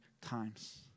times